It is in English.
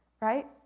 Right